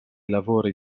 lavori